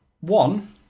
One